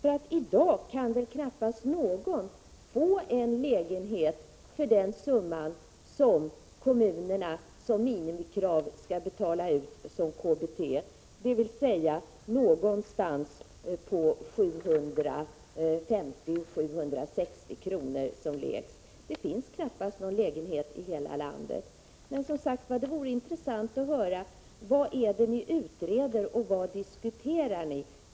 I dag kan väl knappast någon få en lägenhet för det belopp som är minimum som KBT, dvs. någonstans mellan 750 och 760 kr. som lägst. Det finns knappast någon lägenhet i hela landet. Men det vore, som sagt, intressant att höra vad ni utreder och diskuterar.